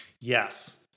Yes